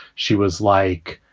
she was like,